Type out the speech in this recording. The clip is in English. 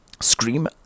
scream